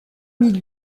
mille